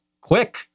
quick